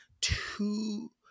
Two